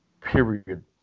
period